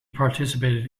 participated